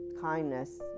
kindness